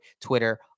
Twitter